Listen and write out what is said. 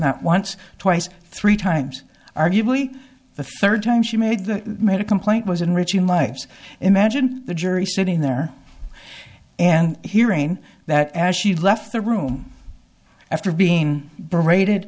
not once twice three times arguably the third time she made the made a complaint was enriching lives imagine the jury sitting there and hearing that as she left the room after being braided